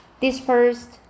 dispersed